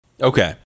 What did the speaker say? Okay